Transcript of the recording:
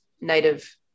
native